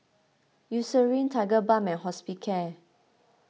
Eucerin Tigerbalm and Hospicare